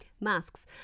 masks